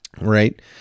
right